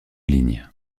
ligne